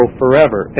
forever